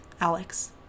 Alex